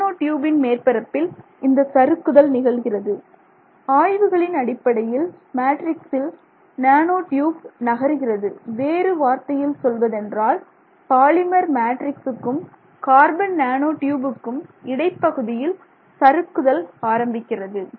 nano டியூபின் மேற்பரப்பில் இந்த சறுக்குதல் நிகழுகிறது ஆய்வுகளின் அடிப்படையில் மேட்ரிக்சில் நேனோ டியூப் நகருகிறது வேறு வார்த்தையில் சொல்வதென்றால் பாலிமர் மேட்ரிக்ஸ்க்கும் கார்பன் நானோ ட்யூபுக்கும் இடைப்பகுதியில் சறுக்குதல் ஆரம்பிக்கிறது